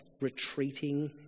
retreating